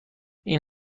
این